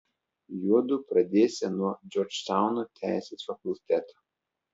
juodu pradėsią nuo džordžtauno teisės fakulteto